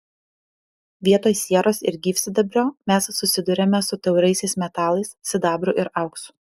vietoj sieros ir gyvsidabrio mes susiduriame su tauriaisiais metalais sidabru ir auksu